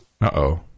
Uh-oh